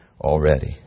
already